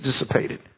dissipated